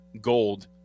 gold